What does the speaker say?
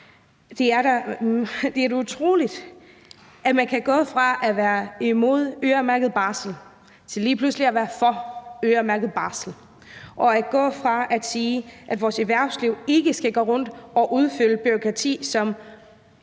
Det er da utroligt, at man kan gå fra at være imod øremærket barsel til lige pludselig at være for øremærket barsel og at gå fra at sige, at vores erhvervsliv ikke skal gå rundt og udfylde alt muligt